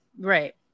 Right